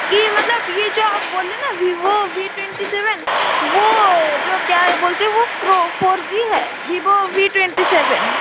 कि मतलब ये जो आप बोले न भीवो वी ट्वेंटी सेवेन वो जो क्या बोलते है वो फोर जी है भीवो वी ट्वेंटी सेवेन